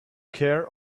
care